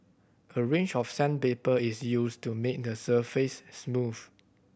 a range of sandpaper is used to make the surface smooth